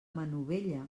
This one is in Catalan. manovella